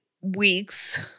weeks